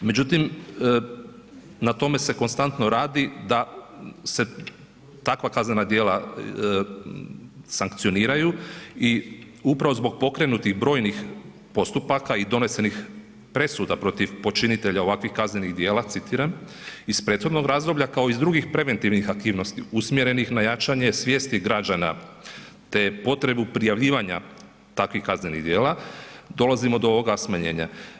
Međutim, na tome se konstantno radi da se takva kaznena djela sankcioniraju i upravo zbog pokrenutih brojnih postupaka i donesenih presuda protiv počinitelja ovakvih kaznenih cijela, citiram, iz prethodnog razdoblja kao iz drugih preventivnih aktivnosti usmjerenih na jačanje svijesti građana te je potrebu prijavljivanja takvih kaznenih djela dolazimo do ovoga smanjenja.